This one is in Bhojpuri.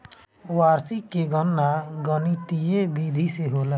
वार्षिकी के गणना गणितीय विधि से होला